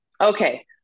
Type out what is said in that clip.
Okay